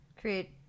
create